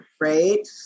Right